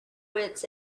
wits